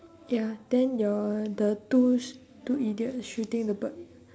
ya then your the two sh~ two idiot shooting the bird